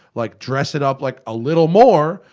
like dress it up like, a little more,